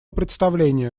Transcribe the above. представление